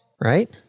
right